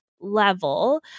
level